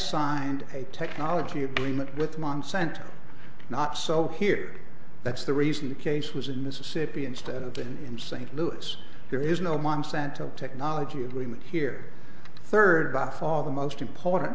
signed a technology agreement with monsanto not so here that's the reason the case was in mississippi instead of than in st louis there is no monsanto technology agreement here third by far the most important